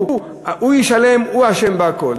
הוא ישלם, הוא אשם בכול.